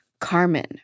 Carmen